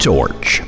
Torch